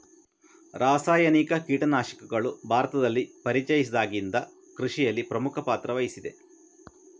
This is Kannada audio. ರಾಸಾಯನಿಕ ಕೀಟನಾಶಕಗಳು ಭಾರತದಲ್ಲಿ ಪರಿಚಯಿಸಿದಾಗಿಂದ ಕೃಷಿಯಲ್ಲಿ ಪ್ರಮುಖ ಪಾತ್ರ ವಹಿಸಿದೆ